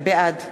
בעד